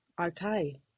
okay